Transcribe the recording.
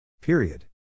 Period